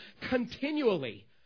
continually